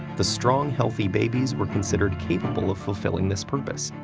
the strong healthy babies were considered capable of fulfilling this purpose,